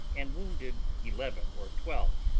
and wounded eleven or twelve,